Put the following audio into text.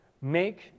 make